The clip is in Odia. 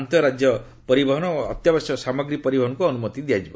ଆନ୍ତଃ ରାଜ୍ୟ ପରିବହନ ଓ ଅତ୍ୟାବଶ୍ୟକୀୟ ସାମଗ୍ରୀ ପରିବହନକୁ ଅନୁମତି ଦିଆଯିବ